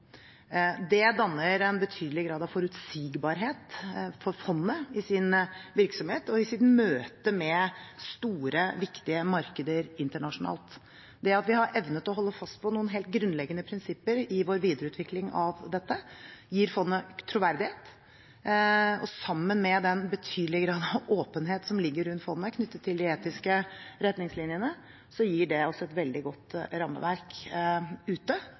Det danner en betydelig grad av forutsigbarhet for fondet i dets virksomhet og i dets møte med store, viktige markeder internasjonalt. Det at vi har evnet å holde fast på noen helt grunnleggende prinsipper i vår videreutvikling av dette, gir fondet troverdighet, og sammen med den betydelige grad av åpenhet som ligger rundt fondet knyttet til de etiske retningslinjene, gir det også et veldig godt rammeverk ute,